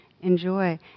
enjoy